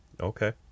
Okay